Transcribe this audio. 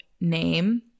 name